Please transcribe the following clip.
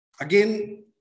again